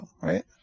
right